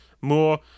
More